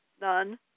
None